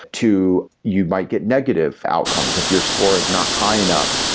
to you might get negative outcomes. if your score is not high enough,